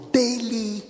daily